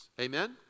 amen